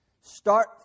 start